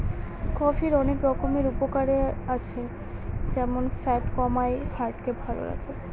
কফির অনেক রকমের উপকারে আছে যেমন ফ্যাট কমায়, হার্ট কে ভালো করে